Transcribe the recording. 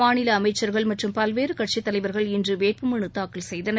மாநில அமைச்சர்கள் மற்றும் பல்வேறு கட்சித் தலைவர்கள் இன்று வேட்பு மனு தாக்கல் செய்தனர்